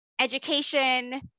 education